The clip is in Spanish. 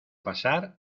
pasar